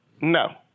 No